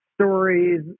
stories